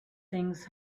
things